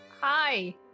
Hi